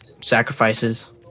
Sacrifices